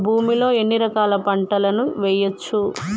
ఒక భూమి లో ఎన్ని రకాల పంటలు వేయచ్చు?